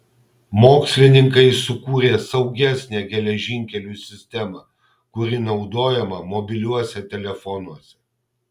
mokslininkai sukūrė saugesnę geležinkelių sistemą kuri naudojama mobiliuosiuose telefonuose